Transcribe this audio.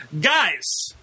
guys